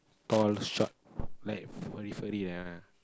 tall short like furry furry like that one